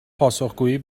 پاسخگویی